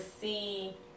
see